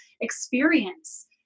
experience